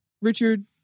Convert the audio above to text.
Richard